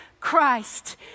Christ